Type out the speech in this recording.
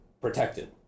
protected